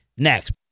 next